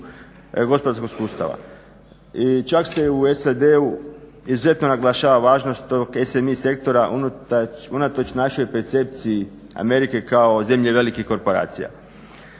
gospodarskog sustava i čak se u SAD-u izuzetno naglašava važnost ovog SMI sektora unatoč našoj percepciji Amerike kao zemlje velikih korporacija.